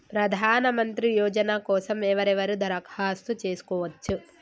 ప్రధానమంత్రి యోజన కోసం ఎవరెవరు దరఖాస్తు చేసుకోవచ్చు?